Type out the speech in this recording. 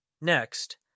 Next